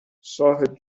صاحب